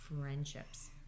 friendships